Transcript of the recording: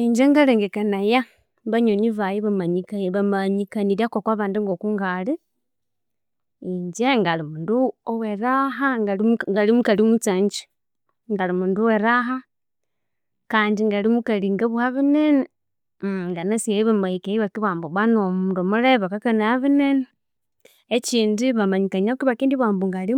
Ingye ngalhengekanaya banyoni baghe bamayanyikaniryaku okwa bandi ngoko ngalhi, ingye ngalhi mundu oweraha ngalhi mukalhi mutsanzya ngalhi mukalhi oweraha kandi, ngalhi mukalhi nabugha binene nganasi eyo bamahikayu ebakibugha ambu banu omundu mulhebe akakanaya binene ekindi, bamanyikaniaku ibakibugha ambu ngalhi